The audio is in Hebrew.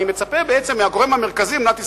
אני מצפה מהגורם המרכזי במדינת ישראל,